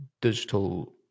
digital